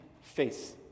face